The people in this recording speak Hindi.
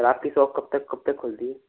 और आपकी शॉप कब तक कब तक खुलती है